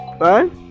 Right